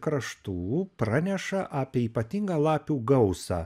kraštų praneša apie ypatingą lapių gausą